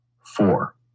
four